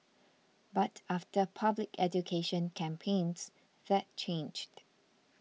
but after public education campaigns that changed